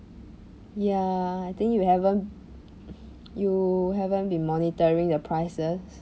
ya I think you haven't you haven't been monitoring the prices